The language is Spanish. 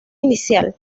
inicial